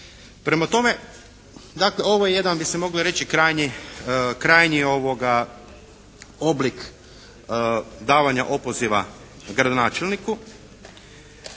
Prema tome, dakle ovo je jedan bi se moglo reći krajnji oblik davanja opoziva gradonačelniku.